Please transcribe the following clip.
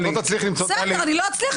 את לא תצליחי למצוא --- אני לא אצליח?